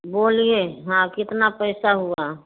बोलिए हाँ कितना पैसा हुआ